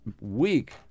week